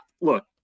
look